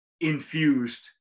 infused